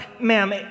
ma'am